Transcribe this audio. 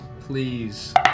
Please